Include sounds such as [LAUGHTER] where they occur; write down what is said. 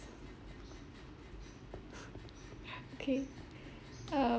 [LAUGHS] okay [BREATH] um